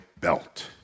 belt